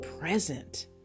present